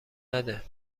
نده